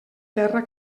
terra